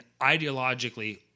ideologically